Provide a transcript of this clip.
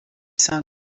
saint